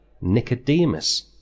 Nicodemus